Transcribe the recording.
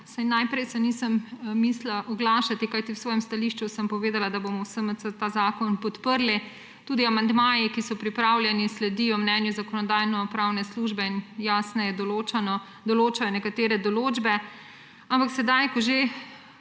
najprej se nisem mislila oglašati, kajti v svojem stališču sem povedala, da bomo v SMC ta zakon podprli. Tudi amandmaji, ki so pripravljeni, sledijo mnenju Zakonodajno-pravne službe in jasneje določajo nekatere določbe, ampak sedaj, ko že